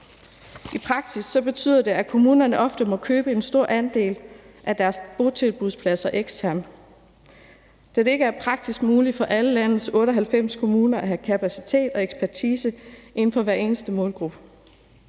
I praksis betyder det, at kommunerne ofte må købe en stor andel af deres botilbudspladser eksternt, da det ikke er praktisk muligt for alle landets 98 kommuner at have kapacitet til og ekspertise inden for hver eneste målgruppe.